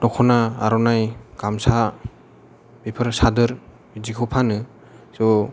दख'ना आर'नाय गामसा बेफोर सादोर बिदिखौ फानो ज'